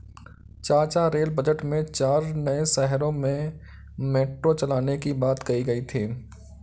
चाचा rail budget में चार नए शहरों में मेट्रो चलाने की बात कही गई थी